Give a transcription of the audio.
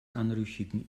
anrüchigen